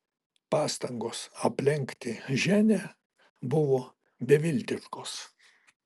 pastangos aplenkti ženią buvo beviltiškos